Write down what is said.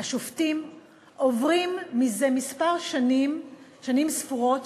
השופטים עוברים זה כמה שנים, שנים ספורות,